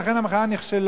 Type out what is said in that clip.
ולכן המחאה נכשלה.